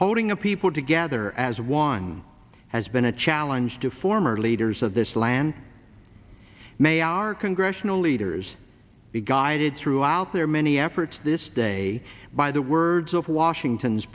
holding a people together as one has been a challenge to former leaders of this land may our congressional leaders be guided throughout their many efforts to this day by the words of washington's